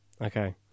Okay